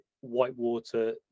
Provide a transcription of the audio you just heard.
Whitewater